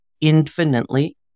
infinitely